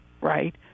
right